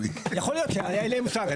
אין לי מושג.